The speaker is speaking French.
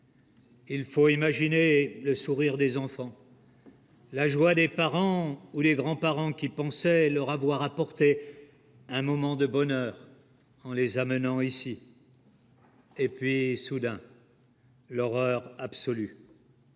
Il faut imaginer le sourire des enfants. La joie des parents ou les grands-parents qui pensait leur avoir apporté un moment de bonheur en les amenant ici. Et puis soudain. L'horreur absolue.